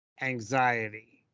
Anxiety